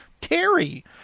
Terry